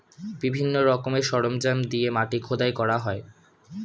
বিভিন্ন রকমের সরঞ্জাম দিয়ে মাটি খোদাই করা হয়